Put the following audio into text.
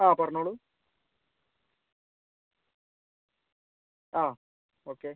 ആ പറഞ്ഞോളൂ ആ ഓക്കെ